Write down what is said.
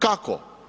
Kako?